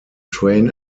train